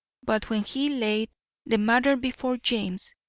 but when he laid the matter before james,